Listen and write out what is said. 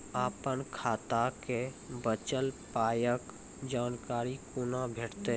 अपन खाताक बचल पायक जानकारी कूना भेटतै?